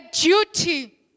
duty